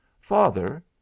Father